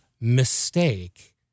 mistake